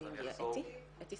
ד"ר אתי